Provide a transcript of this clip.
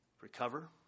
recover